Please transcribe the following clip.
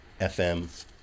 FM